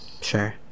Sure